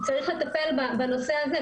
צריך לטפל בנושא הזה,